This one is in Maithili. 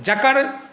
जकर